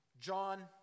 John